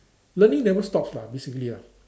learning never stops lah basically ah